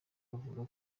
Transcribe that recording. avuga